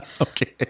Okay